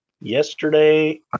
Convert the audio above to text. yesterday